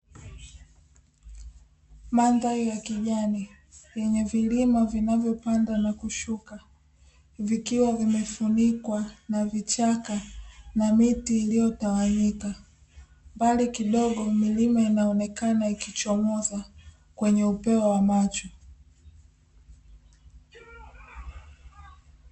Mandhari ya kijani yenye vilima vilivyopanda na kushuka vikiwa vimefunikwa na vichaka na miti iliyo tawanyika. Mbali kidogo milima inaonekana ikichomoza kwenye upeo wa macho